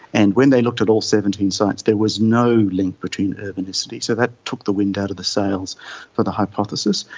and when they looked at all seventeen sites there was no link between urbanicity. so that took the wind out of the sails for the hypothesis.